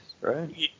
right